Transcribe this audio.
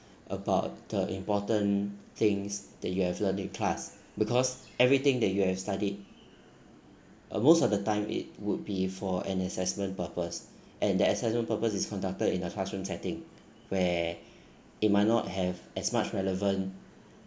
about the important things that you have learn in class because everything that you have studied uh most of the time it would be for an assessment purpose and the assessment purpose is conducted in a classroom setting where it might not have as much relevant